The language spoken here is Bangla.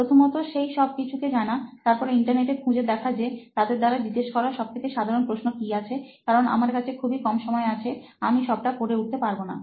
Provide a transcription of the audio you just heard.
প্রথমতসেই সবকিছু কে জানা তারপর ইন্টারনেটে খুঁজে দেখা যে তাদের দ্বারা জিজ্ঞেস করা সবথেকে সাধারণ প্রশ্ন কি আছে কারণ আমার কাছে খুবই কম সময় আছে আমি সবটা পড়ে উঠতে পারবো না